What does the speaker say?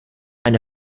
eine